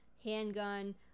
handgun